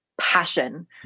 passion